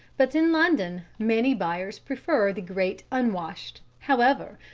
but in london many buyers prefer the great unwashed. however,